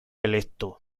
electo